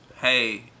Hey